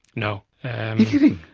no. you're kidding!